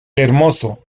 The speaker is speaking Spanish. hermoso